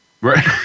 Right